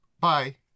Bye